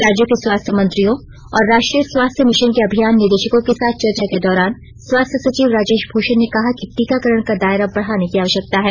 राज्यों के स्वास्थ्य मंत्रियों और राष्ट्रीय स्वास्थ्य मिशन के अभियान निदेशकों के साथ चर्चा के दौरान स्वास्थ्य सचिव राजेश भूषण ने कहा कि टीकाकरण का दायरा बढ़ाने की आवश्यकता है